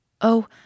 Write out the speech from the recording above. Oh